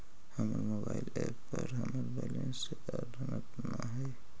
हमर mobile app पर हमर बैलेंस अद्यतन ना हई